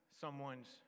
someone's